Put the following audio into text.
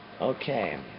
Okay